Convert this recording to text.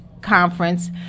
conference